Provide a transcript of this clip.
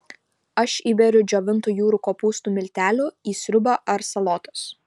aš įberiu džiovintų jūrų kopūstų miltelių į sriubą ar salotas